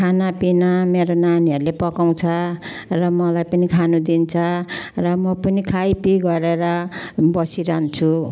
खानापिना मेरो नानीहरूले पकाउँछ र मलाई पनि खानदिन्छ र म पनि खाइपिई गरेर बसिरहन्छु